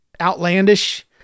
outlandish